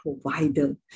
provider